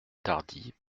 tardy